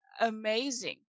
amazing